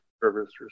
service